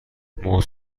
موج